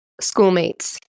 schoolmates